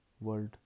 world